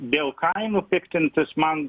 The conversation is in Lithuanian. dėl kainų piktintis man